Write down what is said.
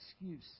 excuse